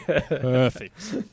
Perfect